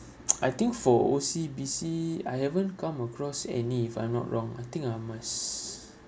I think for O_C_B_C I haven't come across any if I'm not wrong I think I must